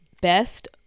best